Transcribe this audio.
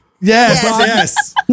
Yes